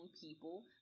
people